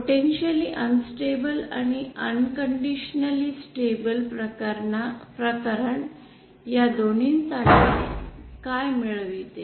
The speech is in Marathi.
पोटेंशिअलि अनन्स्टॅबिल आणि अनकंडीशनली स्टॅबिल प्रकरण या दोहोंसाठी काय मिळविते